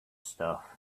stuff